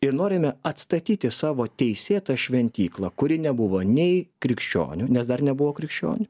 ir norime atstatyti savo teisėtą šventyklą kuri nebuvo nei krikščionių nes dar nebuvo krikščionių